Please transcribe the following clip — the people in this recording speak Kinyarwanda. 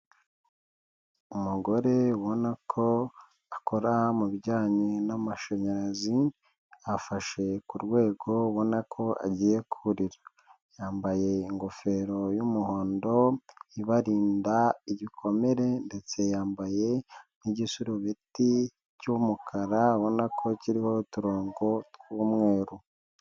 Umugore ubona ko akora mu bijyanye n'amashanyarazi, afashe ku rwego abona ko agiye kurira. Yambaye ingofero y'umuhondo ibarinda igikomere ndetse yambaye n'igisurubeti cy'umukara abona ko kiriho uturongo tw'umweru.